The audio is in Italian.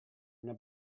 una